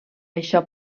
això